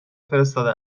فرستاده